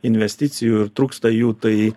investicijų ir trūksta jų tai